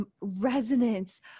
resonance